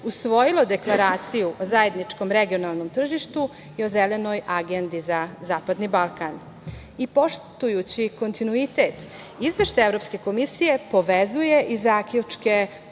usvojilo Deklaraciju o zajedničkom regionalnom tržištu i o Zelenoj agendi za Zapadni Balkan. Poštujući kontinuitet, Izveštaj Evropske komisije povezuje i zaključke